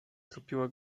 tropiła